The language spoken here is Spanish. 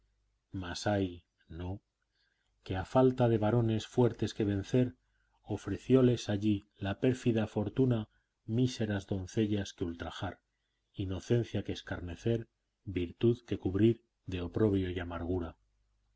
mas ay no que a falta de varones fuertes que vencer ofrecióles allí la pérfida fortuna míseras doncellas que ultrajar inocencia que escarnecer virtud que cubrir de oprobio y amargura